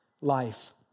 life